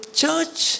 church